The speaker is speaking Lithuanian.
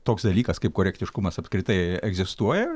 toks dalykas kaip korektiškumas apskritai egzistuoja